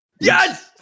Yes